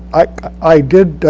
i did